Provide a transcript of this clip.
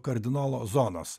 kardinolo zonos